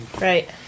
Right